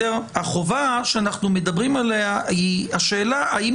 החובה שאנחנו מדברים עליה היא השאלה האם